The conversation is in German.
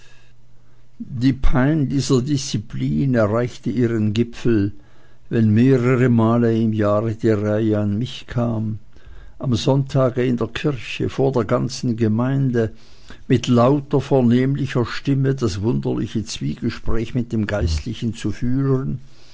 die pein dieser disziplin erreichte ihren gipfel wenn mehrere male im jahre die reihe an mich kam am sonntage in der kirche vor der ganzen gemeinde mit lauter vernehmlicher stimme das wunderliche zwiegespräch mit dem geistlichen zu führen